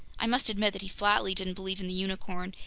i must admit that he flatly didn't believe in the unicorn,